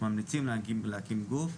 ממליצים להקים גוף.